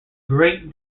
great